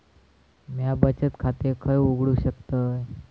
म्या बचत खाते खय उघडू शकतय?